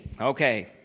Okay